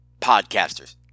podcasters